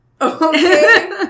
okay